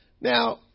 Now